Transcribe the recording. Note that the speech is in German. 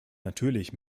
natürlich